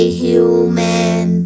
human